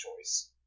choice